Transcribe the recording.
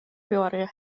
buorlju